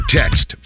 text